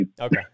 okay